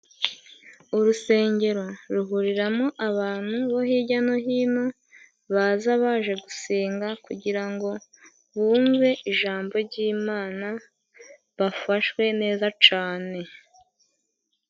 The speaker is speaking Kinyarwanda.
Urusengero ruhuriramo abantu bo hirya no hino，baza baje gusenga kugira ngo bumve ijambo ry'Imana bafashwe neza cane.